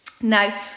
Now